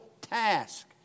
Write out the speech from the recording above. task